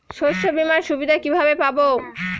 শস্যবিমার সুবিধা কিভাবে পাবো?